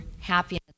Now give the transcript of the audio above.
happiness